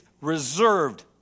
reserved